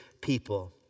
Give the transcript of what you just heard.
people